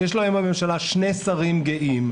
יש לו היום בממשלה שני שרים גאים.